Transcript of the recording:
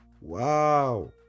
Wow